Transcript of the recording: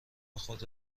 خود